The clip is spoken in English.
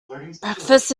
breakfast